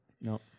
No